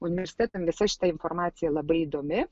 universitetams visa šita informacija labai įdomi